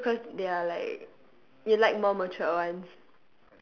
is it because they are like you like more matured ones